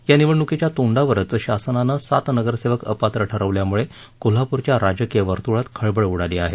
या निवडणुकीच्या तोंडावरच शासनानं सात नगरसेवक अपात्र ठरवल्यामुळे कोल्हापूरच्या राजकीय वर्तुळात खळबळ उडाली आहे